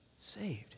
saved